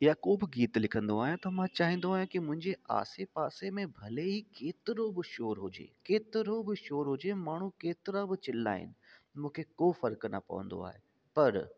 या को बि गीत लिखंदो आहियां त मां चाईंदो आहियां की मुंहिंजे आसे पासे में भले ई केतिरो बि शोर हुजे केतिरो बि शोर हुजे माण्हू केतिरा ब चिलाइनि मूंखे को फ़र्क़ु न पवंदो आहे पर